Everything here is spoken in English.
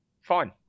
fine